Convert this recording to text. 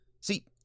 See